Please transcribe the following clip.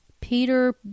Peter